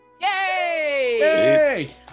Yay